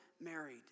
married